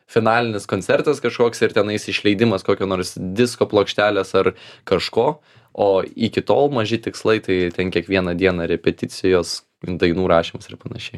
finalinis koncertas kažkoks ir tenais išleidimas kokio nors disko plokštelės ar kažko o iki tol maži tikslai tai ten kiekvieną dieną repeticijos dainų rašymas ir panašiai